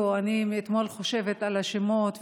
מאתמול אני חושבת על השמות,